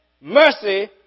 mercy